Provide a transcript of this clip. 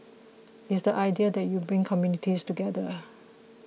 it's the idea that you bring communities together